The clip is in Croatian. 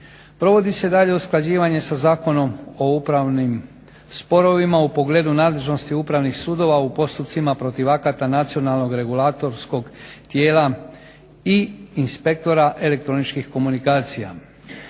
Provodi se dalje usklađivanje sa Zakonom o upravnim sporovima u pogledu nadležnosti upravnih sudova u postupcima protiv akata nacionalnog regulatorskog tijela i inspektora elektroničkih komunikacija.